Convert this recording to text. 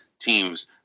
teams